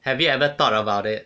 have you ever thought about it